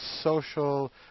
social